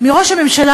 מראש הממשלה,